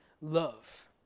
love